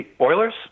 Oilers